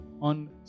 on